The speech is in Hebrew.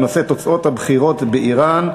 667 ו-682 בנושא: תוצאות הבחירות באיראן.